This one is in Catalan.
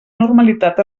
normalitat